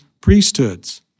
priesthoods